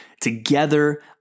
together